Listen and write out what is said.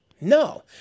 No